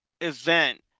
event